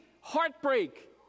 heartbreak